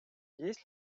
есть